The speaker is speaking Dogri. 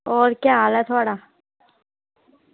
और केह् हाल ऐ थोआड़ा